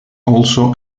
also